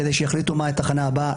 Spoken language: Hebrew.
כדי שיחליטו מה התחנה הבאה,